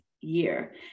year